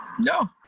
No